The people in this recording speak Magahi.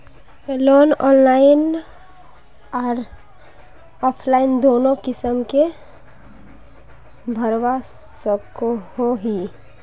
लोन ऑनलाइन आर ऑफलाइन दोनों किसम के भरवा सकोहो ही?